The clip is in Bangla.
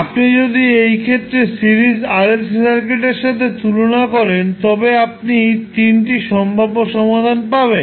আপনি যদি এই ক্ষেত্রে সিরিজ RLC সার্কিটের সাথে তুলনা করেন তবে আপনি তিনটি সম্ভাব্য সমাধান পাবেন